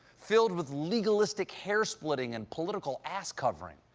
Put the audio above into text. filled with legalistic hair-splitting and political ass-covering.